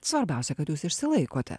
svarbiausia kad jūs išsilaikote